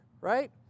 right